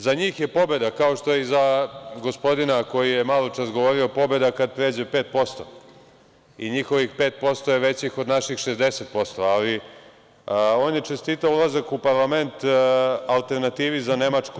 Za njih je pobeda kao što je i za gospodina koji je maločas govorio pobeda kad pređe 5% i njihovih 5% je veće od naših 60%, ali on je čestitao ulazak u parlament alternativi za Nemačku.